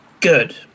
good